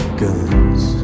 guns